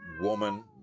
woman